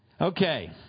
Okay